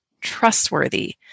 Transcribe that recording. trustworthy